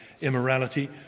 immorality